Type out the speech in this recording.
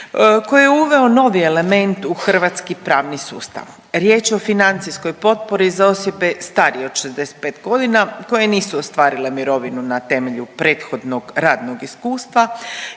koji je uveo novi element u hrvatski pravni sustav. Riječ je o financijskoj potpori za osobe starije od 65 godina koje nisu ostvarile mirovinu na temelju prethodnog radnog iskustva